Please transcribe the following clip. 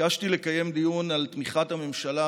ביקשתי לקיים דיון על תמיכת הממשלה